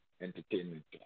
Entertainment